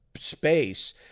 space